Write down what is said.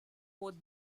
forth